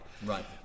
Right